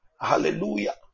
Hallelujah